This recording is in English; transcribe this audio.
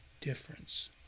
difference